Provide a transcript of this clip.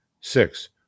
Six